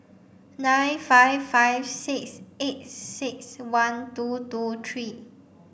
nine five five six eight six one two two three